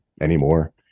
anymore